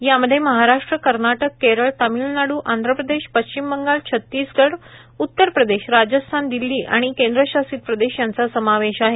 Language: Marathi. यामधे महाराष्ट्र कर्नाटक केरळ तामिळनाडू आंधप्रदेश पश्चिम बंगाल छतीसगड उत्तरप्रदेश राजस्थान दिल्ली आणि केंद्रशासित प्रदेश यांचा समावेश आहे